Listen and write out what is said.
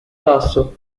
tasso